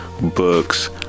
books